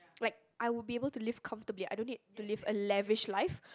like I would be able to live comfortably I don't need to live a lavish life